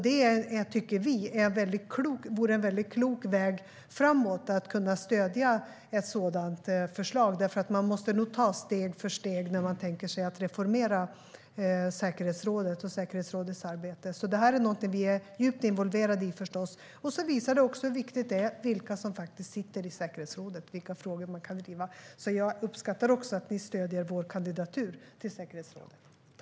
Vi tycker att det vore en klok väg framåt att kunna stödja ett sådant förslag, för man måste nog ta steg för steg framåt när man tänker sig att reformera säkerhetsrådet och säkerhetsrådets arbete. Det här är alltså någonting som vi är djupt involverade i. Det visar också hur viktigt det är för vilka frågor man kan driva vilka som faktiskt sitter i säkerhetsrådet. Jag uppskattar att ni stöder vår kandidatur till säkerhetsrådet.